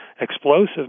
explosive